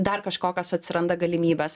dar kažkokios atsiranda galimybės